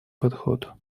подход